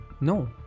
no